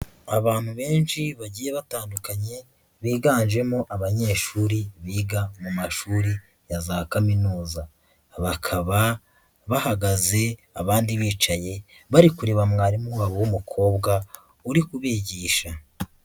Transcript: Abantu benshi bagiye batandukanye biganjemo abanyeshuri biga mu mashuri ya za kaminuza, bakaba bahagaze abandi bicaye bari kureba mwarimu wabo w'umukobwa uri kubigisha.